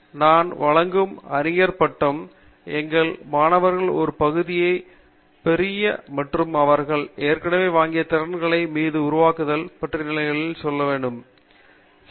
நான் வழக்கும் அறிஞர் பட்டம் எங்கள் மாணவர்கள் ஒரு பகுதியை பெரிய மற்றும் அவர்கள் ஏற்கனவே வாங்கிய திறன்களை மீது உருவாக்க தொழில் நிலைகள் செல்ல விழைகிறோம்